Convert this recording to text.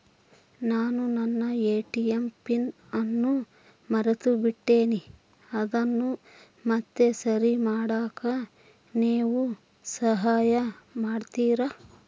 ನಾನು ನನ್ನ ATM PIN ಅನ್ನು ಮರೆತುಬಿಟ್ಟೇನಿ ಅದನ್ನು ಮತ್ತೆ ಸರಿ ಮಾಡಾಕ ನೇವು ಸಹಾಯ ಮಾಡ್ತಿರಾ?